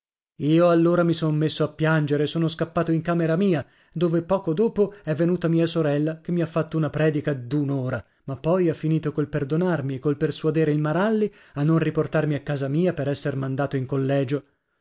io allora mi son messo a piangere e sono scappato in camera mia dove poco dopo è venuta mia sorella che mi ha fatto una predica d'un'ora ma poi ha finito col perdonarmi e col persuadere il maralli a non riportarmi a casa mia per esser mandato in collegio